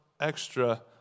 extra